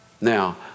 Now